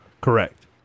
Correct